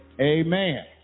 Amen